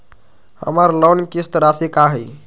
हमर लोन किस्त राशि का हई?